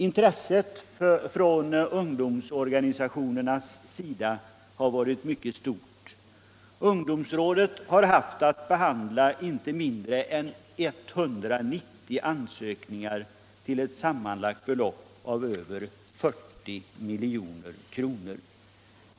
Intresset från ungdomsorganisationernas sida har varit mycket stort Ungdomsrådet har haft att behandla inte mindre än 190 ansökningar till ett sammanlagt belopp av över 40 milj.kr.